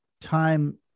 time